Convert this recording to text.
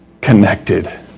connected